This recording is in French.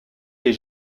des